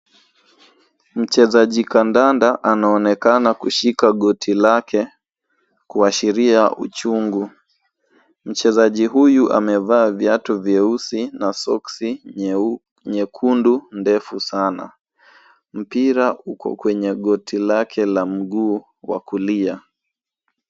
Mchezaji kandanda anaonekana kushika goti lake kuashiria uchungu. Mchezaji huyu amevaa viatu vyeusi na soksi nyekundu ndefu sana. Mpira uko kwenye goti lake la mguu wa kulia.